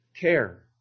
care